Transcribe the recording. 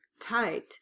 tight